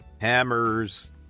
hammers